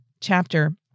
chapter